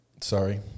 sorry